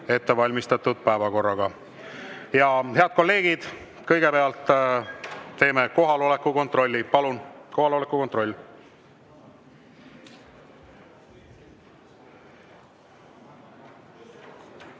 ettevalmistatud päevakorraga. Head kolleegid, kõigepealt teeme kohaloleku kontrolli. Palun, kohaloleku kontroll!